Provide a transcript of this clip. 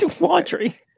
laundry